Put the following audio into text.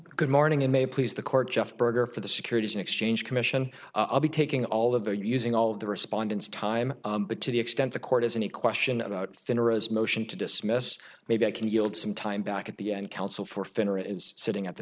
good morning in may please the court jeff berger for the securities and exchange commission i'll be taking all of the using all of the respondents time but to the extent the court has any question about thinner as motion to dismiss maybe i can yield some time back at the end counsel for finra is sitting at the